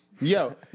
Yo